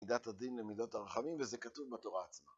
מידת הדין ומידת הרחמים, וזה כתוב בתורה עצמה.